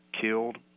killed